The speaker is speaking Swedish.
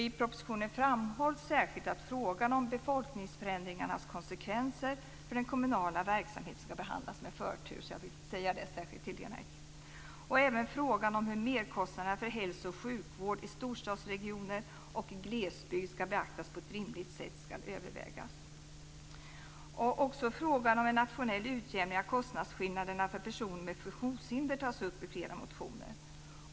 I propositionen framhålls särskilt att frågan om befolkningsförändringarnas konsekvenser för den kommunala verksamheten skall behandlas med förtur. Jag säger det särskilt till Lena Ek. Även frågan om hur merkostnaderna för hälso och sjukvård i storstadsregioner och i glesbygd skall beaktas på ett rimligt sätt skall övervägas. Frågan om en nationell utjämning av kostnadsskillnaderna för personer med funktionshinder tas upp i flera motioner.